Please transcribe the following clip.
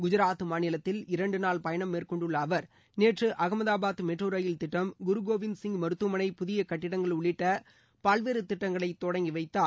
குஜராத் மாநிலத்தில் இரண்டு நாள் பயணம் மேற்கொண்டுள்ள அவர் நேற்று அம்தாபாத் மெட்ரோ ரயில் திட்டம் குருகோவிந்த் சிங் மருத்துவமனை புதிய கட்டிடங்கள் உள்ளிட்ட பல்வேறு திட்டங்களை தொடங்கி வைத்தார்